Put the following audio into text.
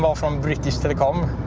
um from british telecom.